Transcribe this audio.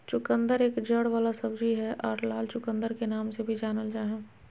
चुकंदर एक जड़ वाला सब्जी हय आर लाल चुकंदर के नाम से भी जानल जा हय